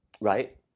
Right